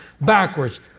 backwards